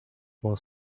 while